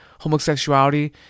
homosexuality